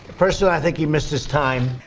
first of all i think he missed his time.